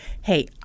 hey